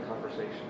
conversation